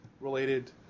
related